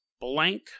blank